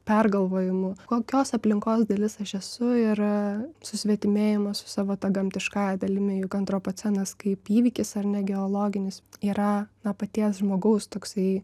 pergalvojimu kokios aplinkos dalis aš esu ir susvetimėjimas savo ta gamtiškąja dalimi juk antropocenas kaip įvykis ar ne geologinis yra na paties žmogaus toksai